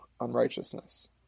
unrighteousness